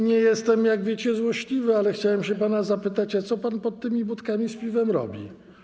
Nie jestem, jak wiecie, złośliwy, ale chciałem się pana zapytać, co pan pod tymi budkami z piwem robi.